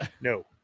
No